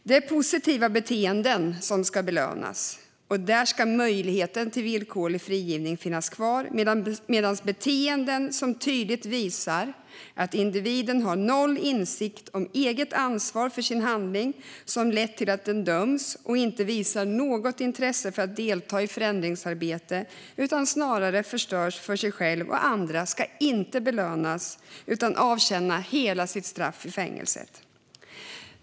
Det är positiva beteenden som ska belönas, och där ska möjligheten till villkorlig frigivning finnas kvar. Beteenden som tydligt visar att individen har noll insikt om sitt eget ansvar för de handlingar som lett till att den dömts och inte visar något intresse för att delta i förändringsarbete utan snarare förstör för sig själv och andra ska inte belönas, utan sådana dömda ska avtjäna hela sitt straff i fängelset.